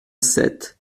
sept